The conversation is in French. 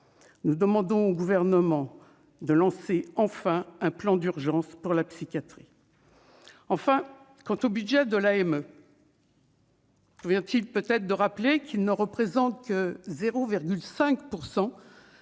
nous demandons au gouvernement de lancer enfin un plan d'urgence pour la psychiatrie enfin quant au budget de l'AME. Vient, il peut être de rappeler qu'ils ne représentent que 0,5